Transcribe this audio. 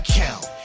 count